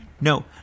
no